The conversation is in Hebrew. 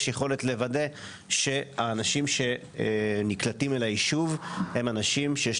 יכולת לוודא שהאנשים שנקלטים אל היישוב הם אנשים שיש